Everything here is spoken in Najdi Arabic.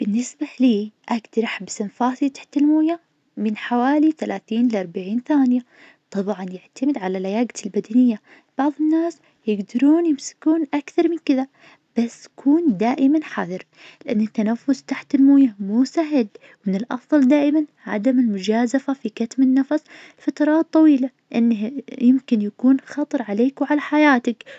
بالنسبة لي أقدر أحبس أنفاسي تحت المويه من حوالي ثلاثين لأربعين ثانية، طبعا يعتمد على لياقتي البدنية، بعض الناس يقدرون يمسكون أكثر من كذا. بس كون دائما حذر لأن التنفس تحت المويه مو سهل. من الأفظل دائما عدم المجازفة في كتم النفس فترات طويلة إنه يمكن يكون خطر عليك وعلى حياتك.